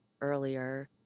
earlier